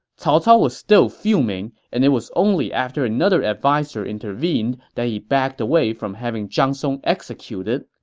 cao cao was still fuming, and it was only after another adviser intervened that he backed away from having zhang song executed.